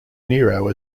nero